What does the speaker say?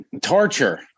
torture